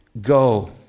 go